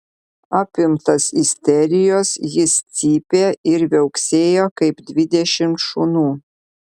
apimtas isterijos jis cypė ir viauksėjo kaip dvidešimt šunų